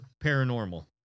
paranormal